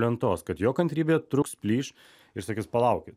lentos kad jo kantrybė trūks plyš ir sakys palaukit